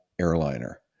airliner